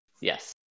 Yes